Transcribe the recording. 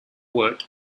work